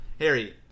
Harry